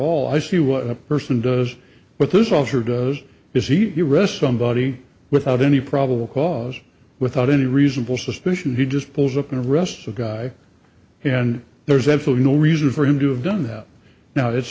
all i see what a person does with this officer does is he the rest somebody without any probable cause without any reasonable suspicion he just pulls up and rests the guy and there's absolutely no reason for him to have done that now it's